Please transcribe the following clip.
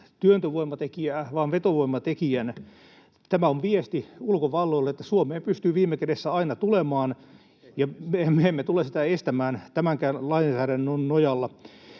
työntövoimatekijää vaan vetovoimatekijän. Tämä on viesti ulkovalloille, että Suomeen pystyy viime kädessä aina tulemaan ja me emme tule sitä estämään tämänkään lainsäädännön nojalla.